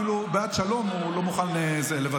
אפילו בעד שלום הוא לא מוכן לוותר,